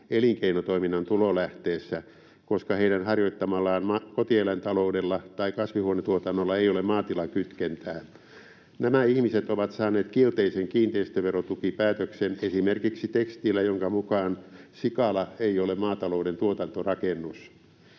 elinkeinotoiminnan tulolähteessä, koska heidän harjoittamallaan kotieläintaloudella tai kasvihuonetuotannolla ei ole maatilakytkentää? Nämä ihmiset ovat saaneet kielteisen kiinteistöverotukipäätöksen esimer-kiksi tekstillä, jonka mukaan sikala ei ole maatalouden tuotantorakennus.